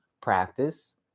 Practice